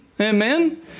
Amen